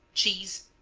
cheese,